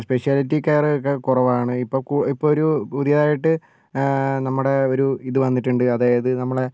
speciality care ഒക്കെ കുറവാണ് ഇപ്പോൾ കൂ ഇപ്പൊരു പുതിയതായിട്ട് നമ്മുടെ ഒരു ഇത് വന്നിട്ടുണ്ട് അതായത് നമ്മളെ